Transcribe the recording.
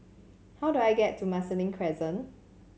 how do I get to Marsiling Crescent